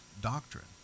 doctrine